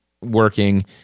working